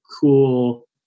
cool